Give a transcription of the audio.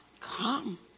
Come